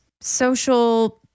social